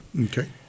Okay